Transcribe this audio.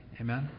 Amen